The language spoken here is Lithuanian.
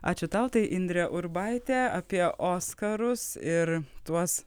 ačiū tau tai indrė urbaitė apie oskarus ir tuos